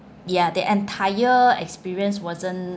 ya the entire experience wasn't